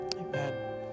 amen